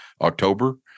October